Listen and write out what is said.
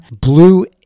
Blue